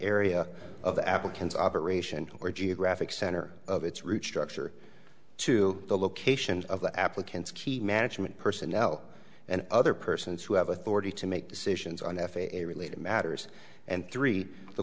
area of the applicants operation or geographic center of its root structure to the locations of the applicants key management personnel and other persons who have authority to make decisions on f a a related matters and three the